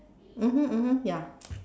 mmhmm mmhmm ya